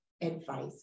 advice